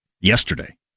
yesterday